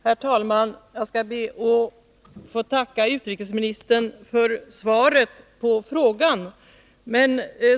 Herr talman! Jag skall be att få tacka utrikesministern för svaret på frågan.